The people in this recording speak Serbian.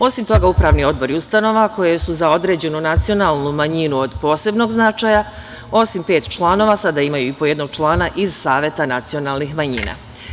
Osim toga, upravni odbor je ustanova u kojoj za određenu nacionalnu manjinu od posebnog značaja, osim pet članova, sada imaju i po jednog člana iz Saveta nacionalnih manjina.